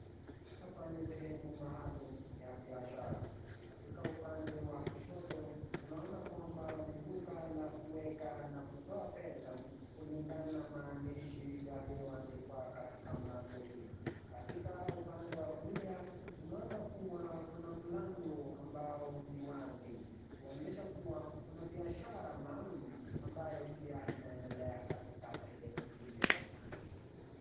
Hapa ni sehemu maalumu ya biashara. Katika upande wa kushoto, tunaona kwamba ni duka la kuweka na kutoa pesa, kulingana na maandishi yaliyoandikwa katika mlango hii. Katika upande wa kulia, tunaona kuwa kuna mlango ambao ni wazi, kuonyesha kuwa kuna biashara maalumu ambayo pia inaendelea katika sehemu ile ya kando.